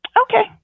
okay